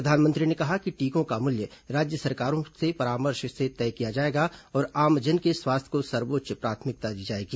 प्रधानमंत्री ने कहा कि टीकों का मूल्य राज्य सरकारों के परामर्श से तय किया जायेगा और आमजन के स्वास्थ्य को सर्वोच्च प्राथमिकता दी जायेगी